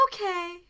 Okay